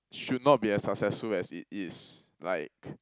should not be as successful as it is like